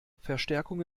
verstärkung